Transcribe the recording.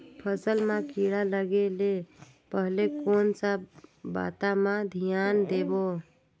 फसल मां किड़ा लगे ले पहले कोन सा बाता मां धियान देबो?